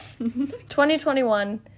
2021